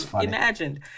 imagined